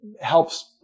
helps